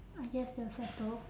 I guess they will settle